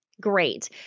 Great